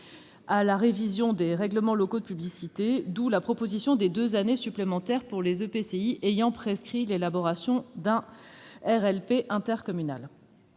à la révision des règlements locaux de publicité, d'où la proposition de deux années supplémentaires pour les EPCI ayant prescrit l'élaboration d'un RLP intercommunal.